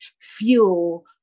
fuel